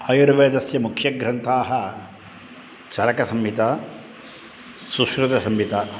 आयुर्वेदस्य मुख्यग्रन्थाः चरकसंहिता सुश्रुतसंहिता